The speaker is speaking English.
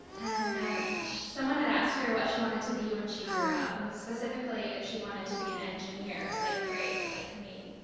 and someone had asked her what she wanted to be when she grew up, and specifically if she wanted to be an engineer like grace, like me.